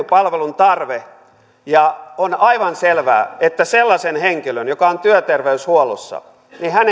palvelun tarve ja on aivan selvää että sellaisen henkilön joka on työterveyshuollossa